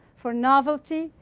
for novelty,